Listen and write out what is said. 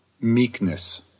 meekness